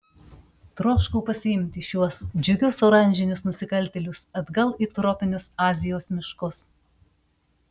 troškau pasiimti šiuos džiugius oranžinius nusikaltėlius atgal į tropinius azijos miškus